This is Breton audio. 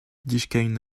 deskiñ